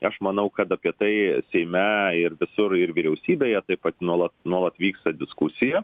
aš manau kad apie tai seime ir visur ir vyriausybėje taip pat nuolat nuolat vyksta diskusija